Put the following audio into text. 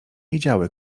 wiedziały